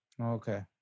Okay